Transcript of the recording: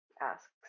asks